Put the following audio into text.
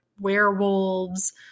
werewolves